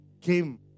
came